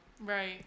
right